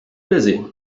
busy